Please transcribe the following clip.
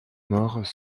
morts